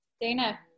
Dana